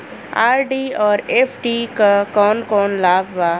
RD और FD क कौन कौन लाभ बा?